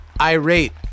irate